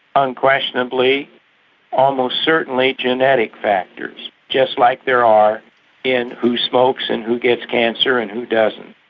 unquestionably almost certainly genetic factors, just like there are in who smokes and who gets cancer and who doesn't.